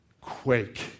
quake